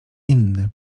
inny